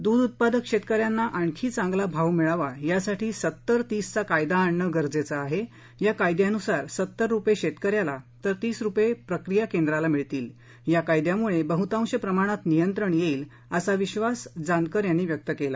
दूध उत्पादक शेतकार्याला आणखी चांगला भाव मिळावा यासाठी सत्तर तीस चा कायदा आणणं गरजेचं आहे या कायद्यानुसार सत्तर रुपये शेतकऱ्याला तर तीस रुपये प्रक्रिया केंद्राला मिळतील या कायद्यामुळे बहुतांश प्रमाणात नियंत्रण येईल असा विक्षास जानकर यांनी व्यक्त केला